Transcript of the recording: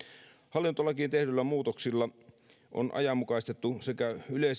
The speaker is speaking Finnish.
hallintolakiin tehdyillä muutoksilla on ajanmukaistettu sekä